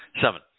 Seven